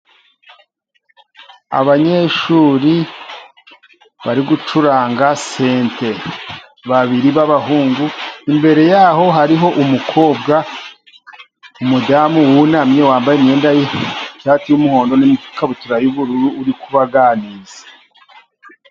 Abanyeshuri bari gucuranga sente. Babiri b'abahungu ,imbere yabo hariho umukobwa, umudamu wunamye wambaye imyenda ishati y'umuhondo n'ikabutura y'ubururu ari kubaganiriza.